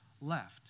left